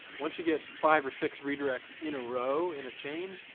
once you get five or six redirects in a row, in a chain,